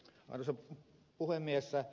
arvoisa puhemies